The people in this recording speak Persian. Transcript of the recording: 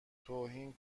توهین